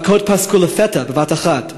המכות פסקו לפתע בבת אחת.